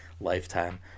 lifetime